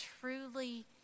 truly